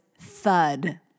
thud